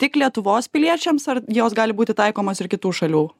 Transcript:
tik lietuvos piliečiams ar jos gali būti taikomos ir kitų šalių